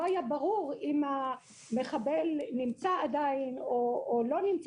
היה ברור אם המחבל נמצא עדיין או לא,